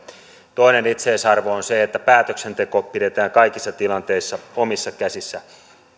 toinen itseisarvo on se että päätöksenteko pidetään kaikissa tilanteissa omissa käsissä